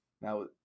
Now